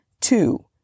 Two